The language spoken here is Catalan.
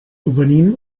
venim